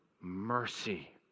mercy